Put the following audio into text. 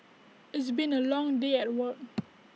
it's been A long day at work